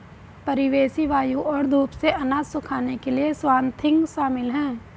परिवेशी वायु और धूप से अनाज सुखाने के लिए स्वाथिंग शामिल है